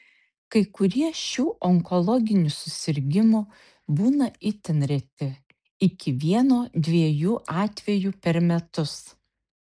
kai kurie šių onkologinių susirgimų būna itin reti iki vieno dviejų atvejų per metus